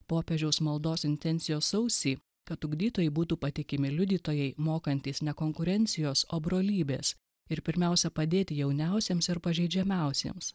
popiežiaus maldos intencijos sausį kad ugdytojai būtų patikimi liudytojai mokantys ne konkurencijos o brolybės ir pirmiausia padėti jauniausiems ir pažeidžiamiausiems